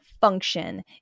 function